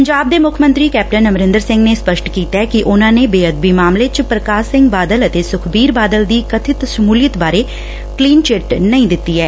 ਪੰਜਾਬ ਦੇ ਮੁੱਖ ਮੰਤਰੀ ਕੈਪਟਨ ਅਮਰੰਦਰ ਸਿੰਘ ਨੇ ਸਪੱਸਟ ਕੀਤੈ ਕਿ ਉਨੂਾਂ ਨੇ ਬੇਅਦਬੀ ਮਾਮਲੇ ਚ ਪ੍ਰਕਾਸ਼ ਸਿੰਘ ਬਾਦਲ ਅਤੇ ਸੁਖਬੀਰ ਬਾਦਲ ਦੀ ਕਬਿਤ ਸ਼ਮੁਲੀਅਤ ਬਾਰੇ ਕਲੀਨ ਚਿੱਟ ਨਹੀਂ ਦਿੱਤੀ ਐ